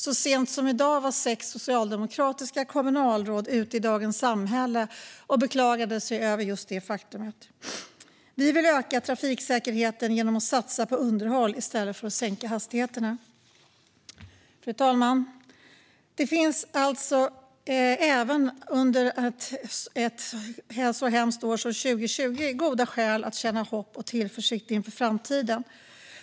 Så sent som i dag var sex socialdemokratiska kommunalråd ute i Dagens Samhälle och beklagade sig över just detta faktum. Vi vill öka trafiksäkerheten genom att satsa på underhåll i stället för att sänka hastigheterna. Fru talman! Det finns alltså även under ett så hemskt år som 2020 goda skäl att känna hopp och tillförsikt inför framtiden.